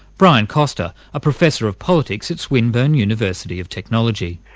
brian costa, a professor of politics at swinburne university of technology.